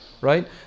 Right